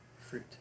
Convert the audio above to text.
Fruit